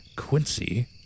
Quincy